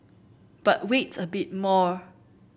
but wait a bit more